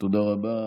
תודה רבה.